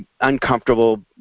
uncomfortable